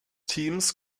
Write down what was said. teams